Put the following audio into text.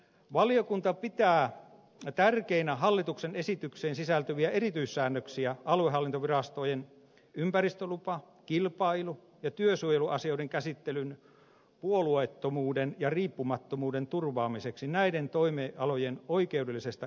valiokunta pitää tärkeinä hallituksen esitykseen sisältyviä erityissäännöksiä aluehallintovirastojen ympäristölupa kilpailu ja työsuojeluasioiden käsittelyn puolueettomuuden ja riippumattomuuden turvaamiseksi näiden toimialojen oikeudellisesta erityisasemasta johtuen